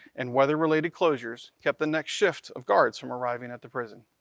and weather-related closures kept the next shift of guards from arriving at the prison.